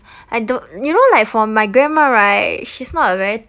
I don't you know like for my grandma right she's not a very